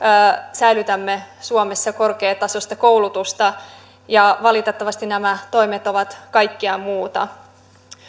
säilytämme suomessa korkeatasoista koulutusta ja valitettavasti nämä toimet ovat kaikkea muuta